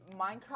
minecraft